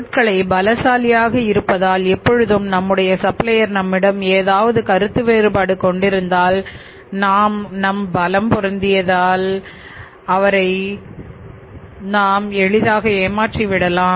பொருட்களை பலசாலியாக இருப்பதால் எப்பொழுதும் நம்முடைய சப்ளையர் நம்மிடம் ஏதாவது கருத்து வேறுபாடு கொண்டிருந்தால் நான் பலம் பொருந்தியவன்